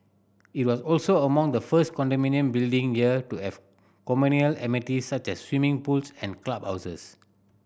it was also among the first condominium building here to have communal amenity such as swimming pools and clubhouses